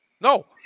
No